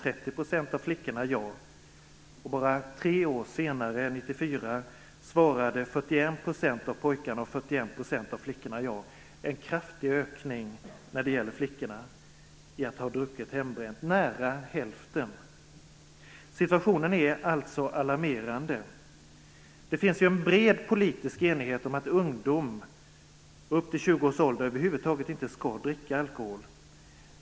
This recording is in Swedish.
Bara tre år senare, alltså 1994, svarade 41 % av pojkarna och 41 % av flickorna ja. Det är en kraftig ökning när det gäller flickorna - nära hälften. Situationen är alltså alarmerande. Det finns en bred politisk enighet om att ungdomar upp till 20 års ålder över huvud taget inte skall dricka alkohol.